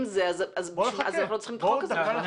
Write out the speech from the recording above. אם זה, אז אנחנו לא צריכים את החוק הזה בכלל.